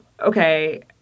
okay